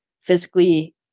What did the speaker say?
physically